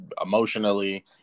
emotionally